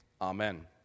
Amen